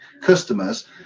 customers